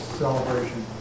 celebration